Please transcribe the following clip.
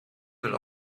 will